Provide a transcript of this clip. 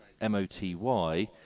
M-O-T-Y